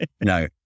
No